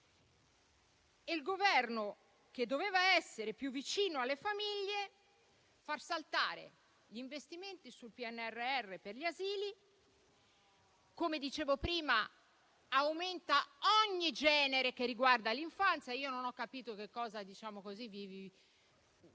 Il Governo che doveva essere più vicino alle famiglie fa saltare gli investimenti sul PNRR per gli asili e, come dicevo prima, aumenta ogni genere che riguarda l'infanzia. Io non ho capito cosa vi hanno fatti